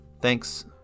thanks